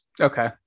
Okay